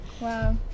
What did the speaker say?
Wow